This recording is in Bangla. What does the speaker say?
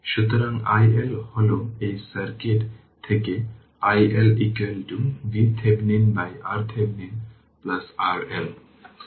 সুতরাং iL হল এই সার্কিট থেকে iL VThevenin by RThevenin RL